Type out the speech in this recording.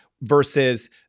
versus